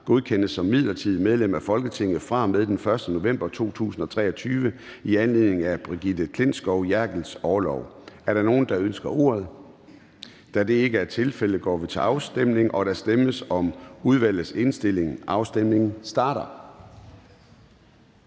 godkendes som midlertidigt medlem af Folketinget fra og med den 1. november 2023 i anledning af Brigitte Klintskov Jerkels orlov. Er der nogen, der ønsker ordet? Da det ikke er tilfældet, går vi til afstemning. Kl. 10:03 Afstemning Formanden (Søren Gade): Der stemmes om udvalgets indstilling. Afstemningen starter.